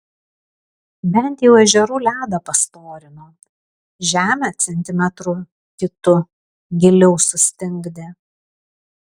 bent jau ežerų ledą pastorino žemę centimetru kitu giliau sustingdė